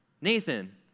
Nathan